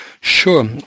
Sure